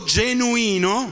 genuino